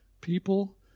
people